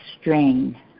strain